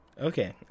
Okay